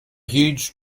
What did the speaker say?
huge